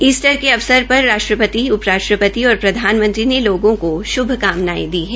Easter के अवसर पर राष्ट्रपति उप राष्ट्रपति और प्रधानमंत्री ने लोगों को श्भकामनायें दी है